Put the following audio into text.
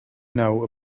know